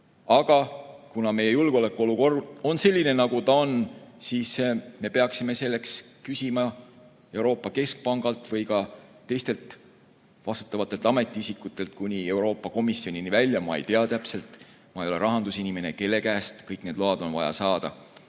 Aga kuna meie julgeolekuolukord on selline, nagu ta on, siis me peaksime selleks luba küsima Euroopa Keskpangalt või ka teistelt vastutavatelt institutsioonidelt kuni Euroopa Komisjonini välja. Ma ei tea täpselt, kuna ma ei ole rahandusinimene, kelle käest kõik need load on vaja saada,